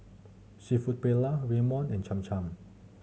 Seafood Paella Ramyeon and Cham Cham